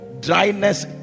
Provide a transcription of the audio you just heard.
dryness